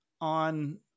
on